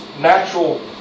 natural